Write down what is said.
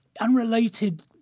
unrelated